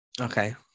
Okay